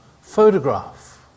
photograph